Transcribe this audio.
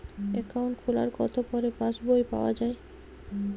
Account খোলার কতো পরে পাস বই পাওয়া য়ায়?